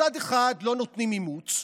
מצד אחד לא נותנים אימוץ,